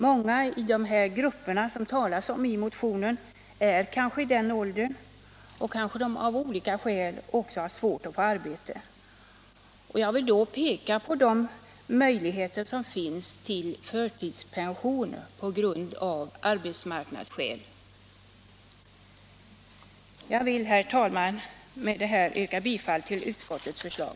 Många i den grupp som det talas om i motionen är kanske i den åldern och kanske har de av olika skäl svårt att få arbete. Jag vill då peka på de möjligheter som finns till förtidspension av arbetsmarknadsskäl. Herr talman! Jag vill med vad jag nu sagt yrka bifall till utskottets förslag.